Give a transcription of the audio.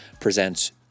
presents